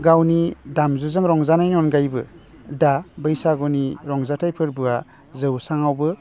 गावनि दामजुजों रंजानायनि अनगायैबो दा बैसागुनि रंजाथाइ फोरबोआ जौस्रांआवबो